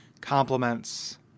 complements